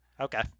Okay